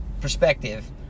perspective